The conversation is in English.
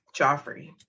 Joffrey